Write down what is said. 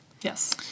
Yes